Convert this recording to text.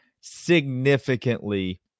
significantly